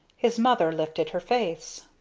his mother lifted her face.